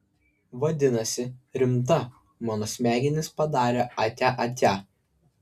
vadinasi rimta mano smegenys padarė atia atia